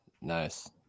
Nice